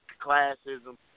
classism